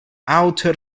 outer